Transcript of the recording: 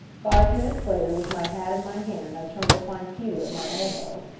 five minutes later, with my hat in my hand, i turned to find peter at my elbow.